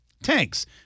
Tanks